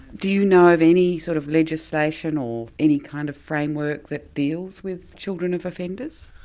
do you know of any sort of legislation or any kind of framework that deals with children of offenders?